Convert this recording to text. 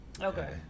Okay